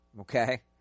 okay